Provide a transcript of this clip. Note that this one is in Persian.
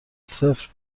صفر